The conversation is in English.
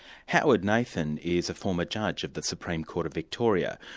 howard nathan is a former judge of the supreme court of victoria,